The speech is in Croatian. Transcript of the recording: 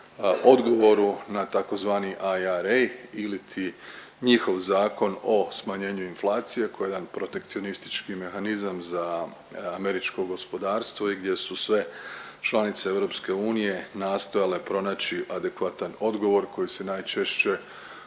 odgovoru na tzv. IRA iliti njihov zakon o smanjenju inflacije koji je jedan protekcionistički mehanizam za američko gospodarstvo i gdje su sve članice EU nastojale pronaći adekvatan odgovor koji se najčešće